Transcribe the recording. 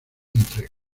entrega